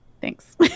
Thanks